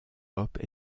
hop